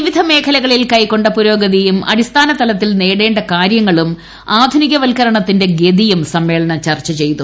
വിവിധ മേഖലകളിൽ കൈവരിക്കേണ്ട പൂരോഗതിയും അടിസ്ഥാനതലത്തിൽ നേടേണ്ട കാര്യങ്ങളും ആധുനികവത്ക്കരണത്തിന്റെ ഗതിയും സമ്മേളനം ചർച്ച ചെയ്തു